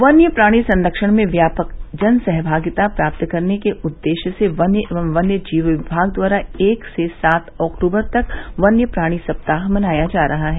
वन्य प्राणी संरक्षण में व्यापक जनसहभागिता प्राप्त करने के उददेश्य से वन एवं वन्य जीव विमाग द्वारा एक से सात अक्ट्बर तक वन्य प्राणी सप्ताह मनाया जा रहा है